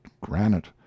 granite